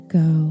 go